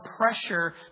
pressure